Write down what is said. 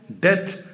death